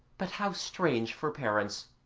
but how strange for parents,